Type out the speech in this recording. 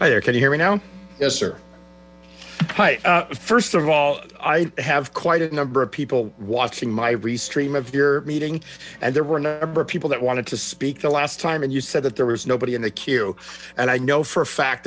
there can you hear me now yes sir hi first of all i have quite a number of people watching my re stream of your meeting and there were a number of people that wanted to speak the last time and you said that there was nobody in the queue and i know for a fact